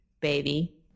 baby